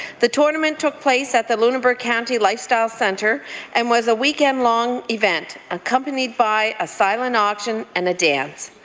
the tournament took place at the lunenburg county lifestyle centre and was a weekend-long event accompanied by a silent auction and a dance.